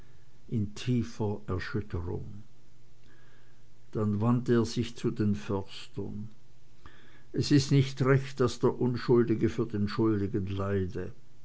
in tiefer erschütterung dann wandte er sich zu den förstern es ist nicht recht daß der unschuldige für den schuldigen leide